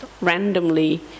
randomly